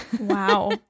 Wow